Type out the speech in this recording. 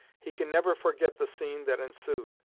he can never forget the scene that ensued.